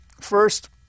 First